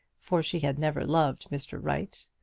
for she had never loved mr. wright.